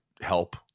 help